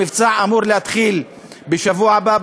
המבצע אמור להתחיל בשבוע הבא,